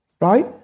Right